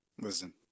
Listen